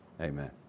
Amen